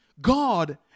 God